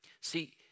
See